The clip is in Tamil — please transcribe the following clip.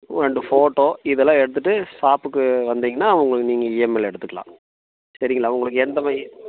ஓ ரெண்டு ஃபோட்டோ இதெல்லாம் எடுத்துகிட்டு ஷாப்புக்கு வந்தீங்கன்னால் உங்களுக்கு நீங்கள் இஎம்ஐயில் எடுத்துக்கலாம் சரிங்களா உங்களுக்கு எந்தவை